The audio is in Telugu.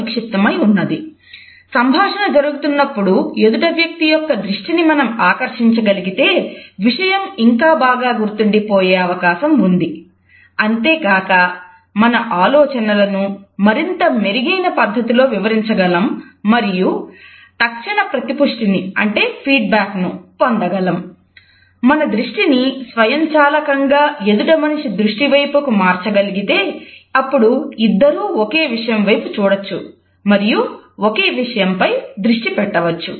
నిజానికి ఐ కాంటాక్ట్ ఎదుటి మనిషి దృష్టి వైపుకు మార్చగలిగితే అప్పుడు ఇద్దరూ ఒకే విషయం వైపు చూడవచ్చు మరియు ఒకే విషయంపై దృష్టి పెట్టవచ్చు